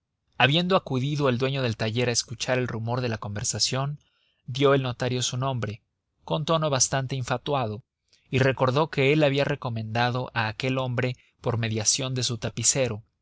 habiendo acudido el dueño del taller al escuchar el rumor de la conversación dio el notario su nombre con tono bastante infatuado y recordó que él había recomendado a aquel hombre por mediación de su tapicero